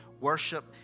Worship